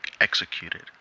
executed